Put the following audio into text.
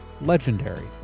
legendary